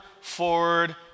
forward